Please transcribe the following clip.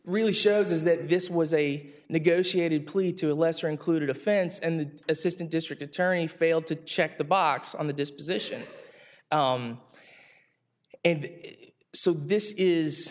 really shows is that this was a negotiated plea to a lesser included offense and the assistant district attorney failed to check the box on the disposition and so this is